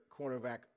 cornerback